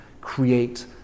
create